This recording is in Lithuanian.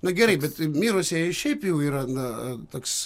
na gerai bet mirusieji šiaip jau yra na a toks